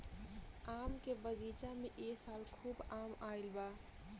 आम के बगीचा में ए साल खूब आम आईल बा